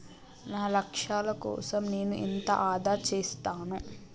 నా లక్ష్యాల కోసం నేను ఎంత ఆదా చేస్తాను?